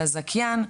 לזכיין,